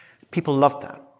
people loved that.